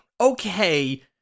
okay